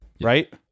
right